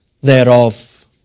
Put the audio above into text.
thereof